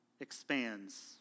expands